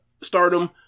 stardom